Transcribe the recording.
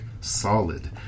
solid